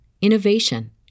innovation